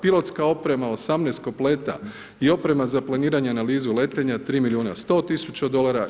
Pilotska oprema 18 kompleta i oprema za planiranje i analizu letenja 3 milijuna 100 tisuća dolara.